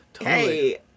hey